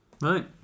Right